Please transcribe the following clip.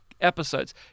episodes